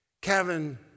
Kevin